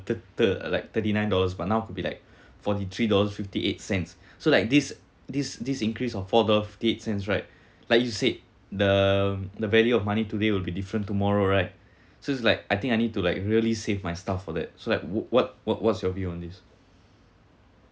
the third like thirty nine dollars but now could be like forty three dollars fifty eight cents so like this this this increase of four dollars fifty eight cents right like you said the the value of money today will be different tomorrow right so it's like I think I need to like really save my stuff for that so like what what what's your view on this